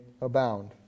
abound